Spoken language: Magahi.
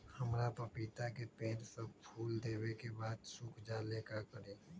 हमरा पतिता के पेड़ सब फुल देबे के बाद सुख जाले का करी?